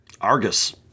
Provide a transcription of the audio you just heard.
Argus